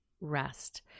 rest